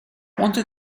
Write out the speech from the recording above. wanted